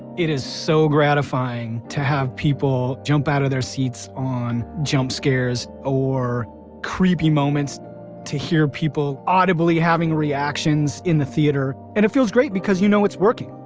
it is so gratifying to have people jump out of their seats on jump scares, or creepy moments to hear people audibly having reactions in the theater. and it feels great, because you know it's working.